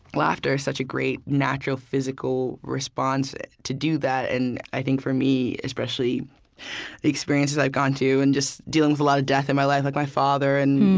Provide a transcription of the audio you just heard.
laughter is such a great natural, physical response to do that and i think for me, especially, the experiences i've gone through and just dealing with a lot of death in my life, like my father and